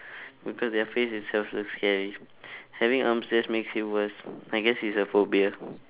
because their face itself look scary having arms just makes it worse I guess it's a phobia